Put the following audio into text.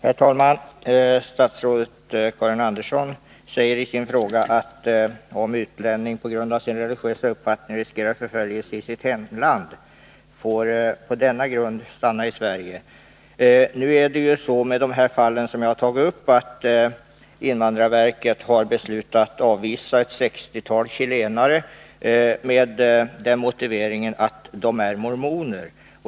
Herr talman! Statsrådet Karin Andersson säger i sitt svar: ”En utlänning som på grund av sin religiösa uppfattning riskerar förföljelse i sitt hemland får på denna grund stanna i Sverige.” Men i de fall som jag har tagit upp har invandrarverket beslutat avvisa ett sextiotal chilenare med den motiveringen att de är mormoner.